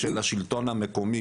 של השלטון המקומי.